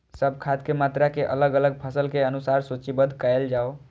सब खाद के मात्रा के अलग अलग फसल के अनुसार सूचीबद्ध कायल जाओ?